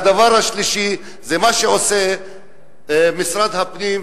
הדבר השלישי זה מה שעושה משרד הפנים,